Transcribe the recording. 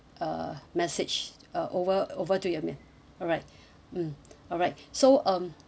uh message uh over over to your mail alright mm alright so um